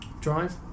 drive